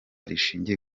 rishingiye